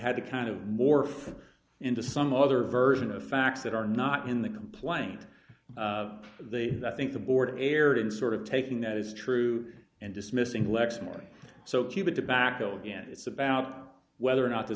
had to kind of morph into some other version of facts that are not in the complaint the i think the board erred in sort of taking that is true and dismissed lexmark so keep it tobacco again it's about whether or not th